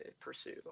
pursue